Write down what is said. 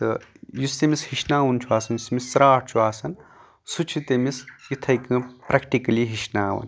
تہٕ یُس تٔمِس ہیٚچھناوُن چھُ آسان یُس تٔمِس ژاٹھ چھُ آسان سُہ چھُ تٔمِس یِتھٕے کَنۍ پریکٹکلی ہیٚچھناون